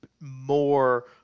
more